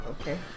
Okay